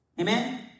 amen